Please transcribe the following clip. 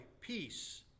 peace